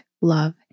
Love